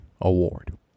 award